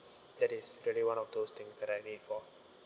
that is really one of those thing that I need for